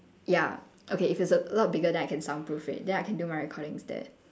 ya okay if it's a lot bigger then I can soundproof it then I can do my recordings there